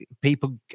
people